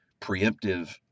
preemptive